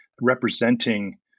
representing